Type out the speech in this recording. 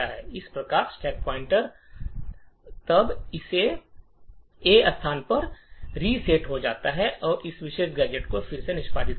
इस प्रकार stack pointer तब इस ए स्थान पर रीसेट हो जाता है और इस विशेष गैजेट को फिर से निष्पादित करता है